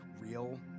real